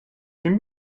тим